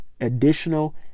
additional